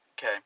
okay